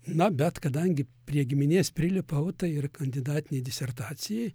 na bet kadangi prie giminės prilipau tai ir kandidatinei disertacijai